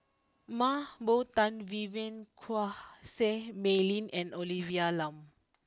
Mah Bow Tan Vivien Quahe Seah Mei Lin and Olivia Lum